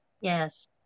Yes